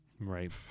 Right